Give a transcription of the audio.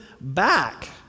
back